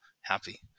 happy